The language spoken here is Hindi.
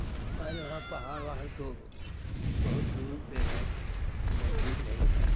हमारे वहाँ पहाड़ वहाड़ तो बहुत दूर पे हैं नज़दीक नहीं हैं